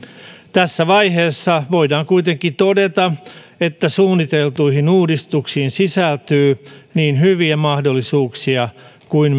tässä vaiheessa voidaan kuitenkin todeta että suunniteltuihin uudistuksiin sisältyy niin hyviä mahdollisuuksia kuin